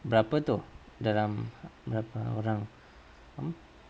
berapa tu dalam berapa orang mm